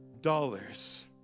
dollars